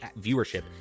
viewership